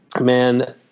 man